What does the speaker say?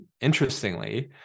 interestingly